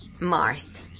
Mars